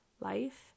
life